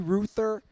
Ruther